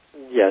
Yes